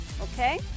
Okay